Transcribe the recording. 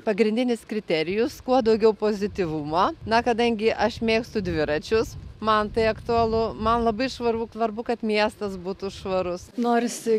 pagrindinis kriterijus kuo daugiau pozityvumo na kadangi aš mėgstu dviračius man tai aktualu man labai svarbu svarbu kad miestas būtų švarus